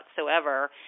whatsoever